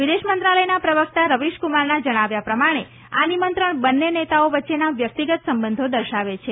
વિદેશ મંત્રાલયના પ્રવકતા રવિશકુમારનાં જણાવ્યા પ્રમાણે આ નિમંત્રણ બંને નેતાઓ વચ્ચેનાં વ્યક્તિગત સંબંધો દર્શાવે છે